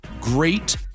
great